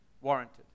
warranted